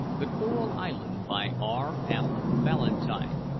the coral island, by r m. ballantyne.